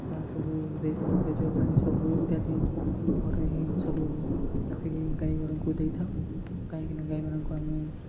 ଯାହା ସବୁ ଦେଇଥାଉ ପେଜ ପାଣି ସବୁ ଇତ୍ୟାଦି ଆମେ ଘରେ ହିଁ ସବୁ ରଖିକି ଗାଈ ଗୋରଙ୍କୁ ଦେଇଥାଉ କାହିଁକିନା ଗାଈମାନଙ୍କୁ ଆମେ